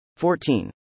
14